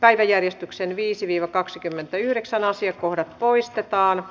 päiväjärjestyksen viisi viro kaksikymmentäyhdeksän asiakohdat keskustelu